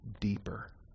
deeper